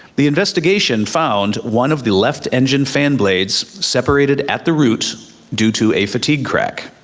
the investigation found one of the left engine fan blades separated at the root due to a fatigue crack.